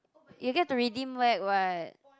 you get to redeem back what